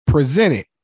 Presented